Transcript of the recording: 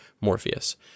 Morpheus